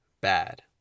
bad